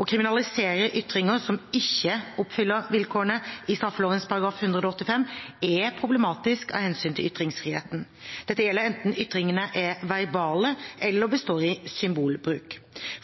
Å kriminalisere ytringer som ikke oppfyller vilkårene i straffeloven § 185, er problematisk av hensyn til ytringsfriheten. Dette gjelder enten ytringene er verbale eller består i symbolbruk.